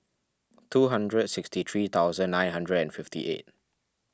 two hundred sixty three thousand nine hundred and fifty eight